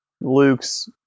Luke's